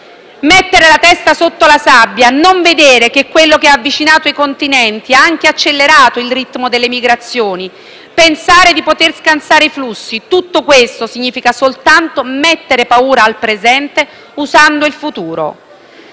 Mettere la testa sotto la sabbia, non vedere che quello che ha avvicinato i continenti ha anche accelerato il ritmo delle migrazioni, pensare di poter scansare i flussi, tutto questo significa soltanto mettere paura al presente usando il futuro